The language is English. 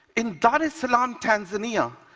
in dar es salaam, tanzania,